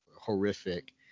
horrific